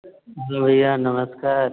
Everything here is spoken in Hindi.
भैय्या नमस्कार